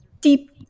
deep